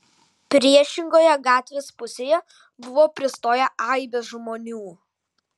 priešingoje gatvės pusėje buvo pristoję aibės žmonių